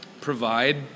provide